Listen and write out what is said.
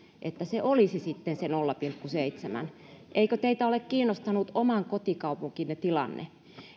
että se olisi sitten se nolla pilkku seitsemän eikö teitä ole kiinnostanut oman kotikaupunkinne tilanne